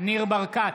ניר ברקת,